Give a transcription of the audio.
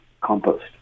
compost